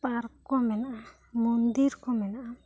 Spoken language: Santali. ᱯᱟᱨᱠ ᱠᱚ ᱢᱮᱱᱟᱜ ᱟ ᱢᱩᱱᱫᱤᱨ ᱠᱚ ᱢᱮᱱᱟᱜ ᱟ